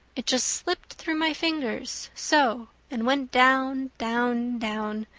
it just slipped through my fingers so and went down down down,